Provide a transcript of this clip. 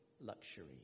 luxury